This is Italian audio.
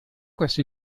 queste